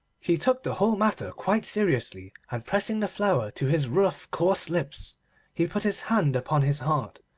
he took the whole matter quite seriously, and pressing the flower to his rough coarse lips he put his hand upon his heart,